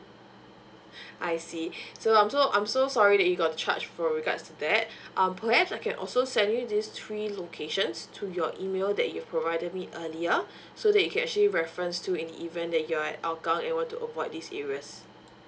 I see so I'm so I'm so sorry that you got charged for regards to that um perhaps I can also send you these three locations to your email that you've provided me earlier so that you can actually reference to in the event that you're at hougang and you want to avoid these areas